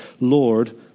Lord